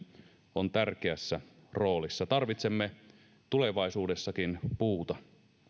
on tärkeässä roolissa tarvitsemme tulevaisuudessakin puuta